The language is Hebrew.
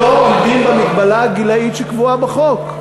שלא עומדים במגבלה הגילאית שקבועה בחוק.